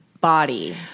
body